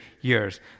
years